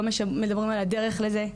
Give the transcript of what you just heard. לא מדברים על הדרך לזה,